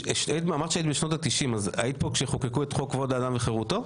אמרת שהיית בשנות ה- 90 אז היית פה כשחוקקו את כבוד האדם וחרותו?